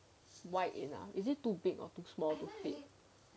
white in ah is it too big or too small though